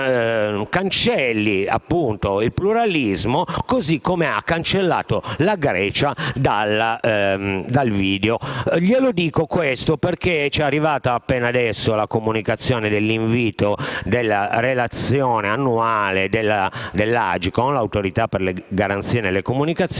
lo cancelli così come ha cancellato la Grecia dal video. Lo dico perché ci è arrivata appena adesso la comunicazione dell'invito per la relazione annuale dell'Autorità per le garanzie nelle comunicazioni